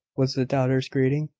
was the daughter's greeting.